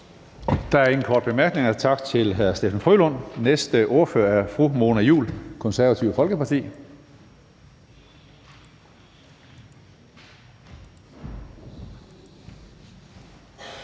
Der er ingen korte bemærkninger. Tak til hr. Steffen W. Frølund. Næste ordfører er fru Mona Juul, Det Konservative Folkeparti.